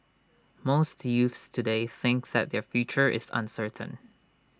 most youths today think that their future is uncertain